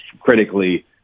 critically